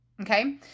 Okay